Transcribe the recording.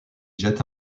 jette